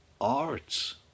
arts